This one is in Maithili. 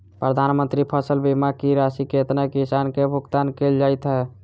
प्रधानमंत्री फसल बीमा की राशि केतना किसान केँ भुगतान केल जाइत है?